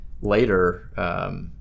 later